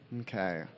Okay